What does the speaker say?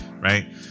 Right